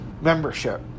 membership